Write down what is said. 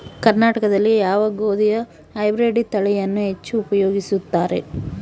ಕರ್ನಾಟಕದಲ್ಲಿ ಯಾವ ಗೋಧಿಯ ಹೈಬ್ರಿಡ್ ತಳಿಯನ್ನು ಹೆಚ್ಚು ಉಪಯೋಗಿಸುತ್ತಾರೆ?